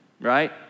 right